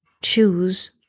choose